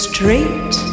Straight